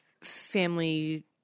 family